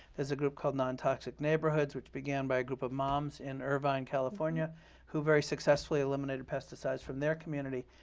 there's a group called nontoxic neighborhoods, which began by a group of moms in irvine, california who very successfully eliminated pesticides from their community.